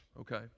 okay